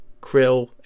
krill